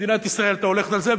מדינת ישראל היתה הולכת על זה.